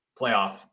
playoff